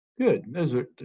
Good